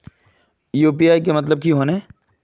UPI के मतलब की होने?